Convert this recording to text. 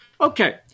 Okay